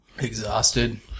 Exhausted